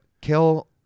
kill